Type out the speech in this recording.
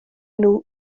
nhw